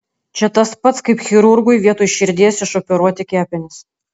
čia tas pats kaip chirurgui vietoj širdies išoperuoti kepenis